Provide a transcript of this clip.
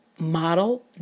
Model